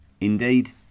Indeed